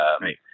Right